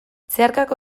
zeharkako